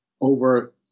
over